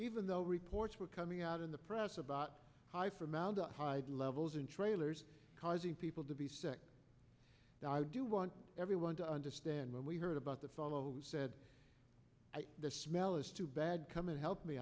even though reports were coming out in the press about high formaldehyde levels in trailers causing people to be sick and i do want everyone to understand when we heard about the fellow who said the smell is too bad come help me